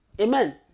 Amen